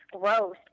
gross